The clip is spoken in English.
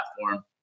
platform